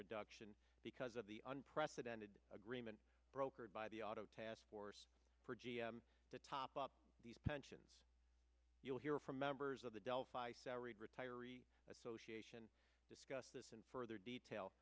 reduction because of the unprecedented agreement brokered by the auto task force to top up these pensions you'll hear from members of the delphi salaried retirees association discuss this in further detail